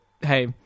hey